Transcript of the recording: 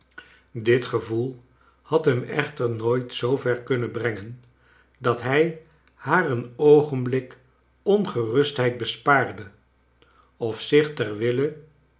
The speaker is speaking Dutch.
bit gevoel had hem echter nooit zoo ver kunnen brengen dat hij haar een oogenblik ongerustheid bespaard of zich ter wille